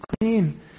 clean